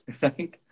right